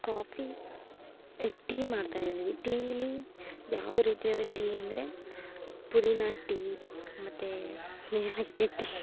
coffee tea ಮಾಡ್ತಾಯಿದೀವಿ ಟೀಯಲ್ಲಿ ಯಾವ ರೀತಿಯಾದ ಟೀ ಅಂದರೆ ಪುದೀನ ಟೀ ಮತ್ತು ಏಲಕ್ಕಿ ಟೀ